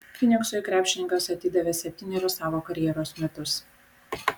fyniksui krepšininkas atidavė septynerius savo karjeros metus